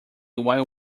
while